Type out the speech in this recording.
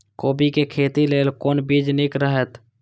कोबी के खेती लेल कोन बीज निक रहैत?